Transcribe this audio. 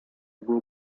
było